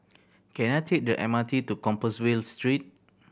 can I take the M R T to Compassvale Street